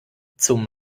zum